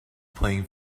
playing